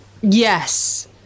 Yes